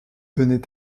venait